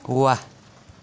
वाह